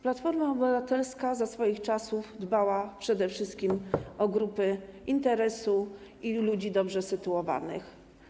Platforma Obywatelska za swoich czasów dbała przede wszystkim o grupy interesu i ludzi dobrze sytuowanych.